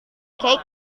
keik